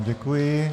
Děkuji.